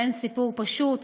בהן: "סיפור פשוט",